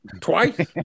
twice